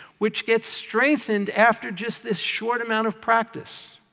which gets strengthened after just this short amount of practice.